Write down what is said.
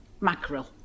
mackerel